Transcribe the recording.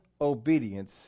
obedience